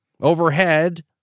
Overhead